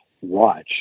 watch